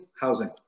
housing